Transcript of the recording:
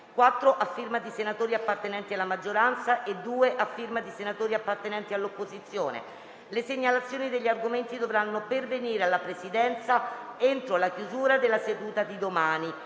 a firma di senatori appartenenti alla maggioranza e due a firma di senatori appartenenti all'opposizione. Le segnalazioni degli argomenti dovranno pervenire alla Presidenza entro la chiusura della seduta di domani.